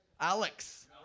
Alex